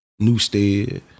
Newstead